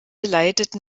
leiteten